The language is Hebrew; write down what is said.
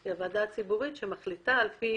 היא הוועדה הציבורית שמחליטה על פי